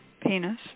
penis